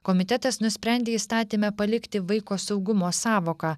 komitetas nusprendė įstatyme palikti vaiko saugumo sąvoką